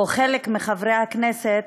או חלק מחברי הכנסת,